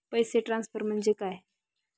पैसे ट्रान्सफर म्हणजे काय?